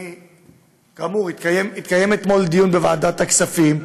כאמור, התקיים אתמול דיון בוועדת הכספים.